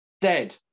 dead